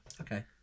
okay